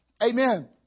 Amen